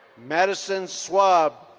madison swab.